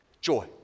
joy